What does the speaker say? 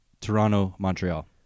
Toronto-Montreal